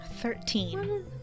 Thirteen